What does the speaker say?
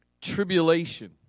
tribulation